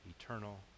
eternal